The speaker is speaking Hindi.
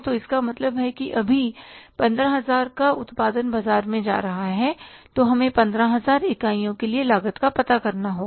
तो इसका मतलब है कि अभी 15000 का उत्पादन बाजार में जा रहा है तो हमें 15000 इकाइयों के लिए लागत को पता करना होगा